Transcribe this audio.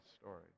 story